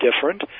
different